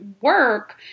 work